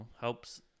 helps